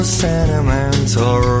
sentimental